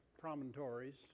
promontories